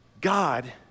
God